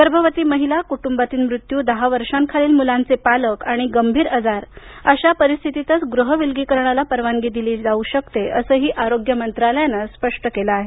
गर्भवती महिला कुटुंबातील मृत्यू दहा वर्षांखालील मुलांचे पालक आणि गंभीर आजार अशा परिस्थितीतच गृह विलगीकरणाला परवानगी दिली जाऊ शकते असंही आरोग्य मंत्रालयानं स्पष्ट केलं आहे